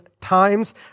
times